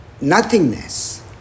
nothingness